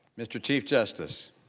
mr. chief justice